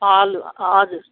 हलु हजुर